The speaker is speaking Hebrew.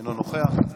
אינו נוכח,